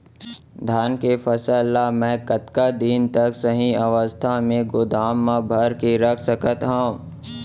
धान के फसल ला मै कतका दिन तक सही अवस्था में गोदाम मा भर के रख सकत हव?